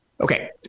Okay